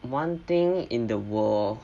one thing in the world